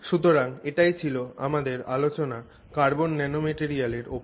সুতরাং এটাই ছিল আমাদের আলোচনা কার্বন ন্যানোম্যাটেরিয়ালের ওপর